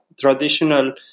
Traditional